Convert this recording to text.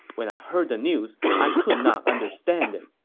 when i heard the news, i could not understand it.